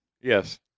Yes